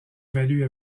valut